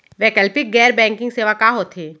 वैकल्पिक गैर बैंकिंग सेवा का होथे?